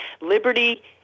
liberty